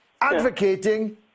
advocating